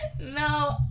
No